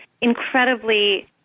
incredibly